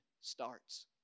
starts